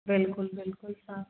बिल्कुल बिल्कुल हाँ